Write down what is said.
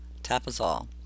tapazole